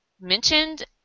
mentioned